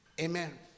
Amen